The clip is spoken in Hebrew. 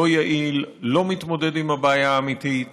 לא יעיל, לא מתמודד עם הבעיה האמיתית